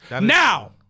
Now